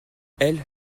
elle